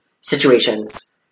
situations